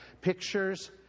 pictures